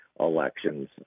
elections